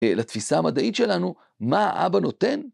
לתפיסה המדעית שלנו, מה אבא נותן?